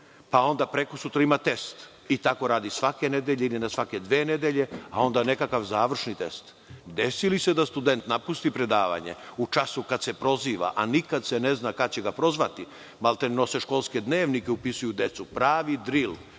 pa onda prekosutra ima test i tako radi svake ili na svake dve nedelje, a onda nekakav završni test. Desi li se da student napusti predavanje u času kad se proziva, a nikad se ne zna kad će ga prozvati? Maltene nose školske dnevnike i upisuju decu. Pravi dril,